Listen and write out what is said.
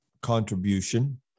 contribution